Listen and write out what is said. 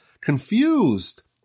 confused